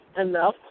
enough